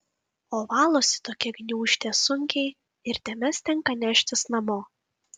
o valosi tokia gniūžtė sunkiai ir dėmes tenka neštis namo